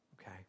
Okay